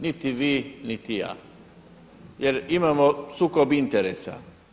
Niti vi, niti ja jer imamo sukob interesa.